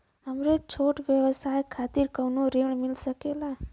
हमरे छोट व्यवसाय खातिर कौनो ऋण मिल सकेला?